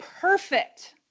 perfect